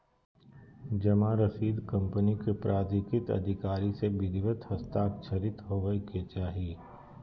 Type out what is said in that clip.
जमा रसीद कंपनी के प्राधिकृत अधिकारी से विधिवत हस्ताक्षरित होबय के चाही